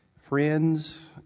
friends